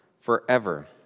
forever